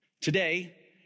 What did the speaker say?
Today